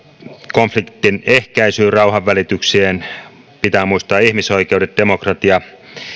konfliktin ehkäisyyn rauhanvälitykseen pitää muistaa ihmisoikeudet demokratia